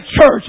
church